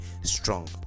strong